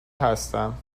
هستم